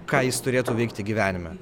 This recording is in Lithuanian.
ką jis turėtų veikti gyvenime